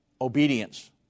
obedience